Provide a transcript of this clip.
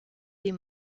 des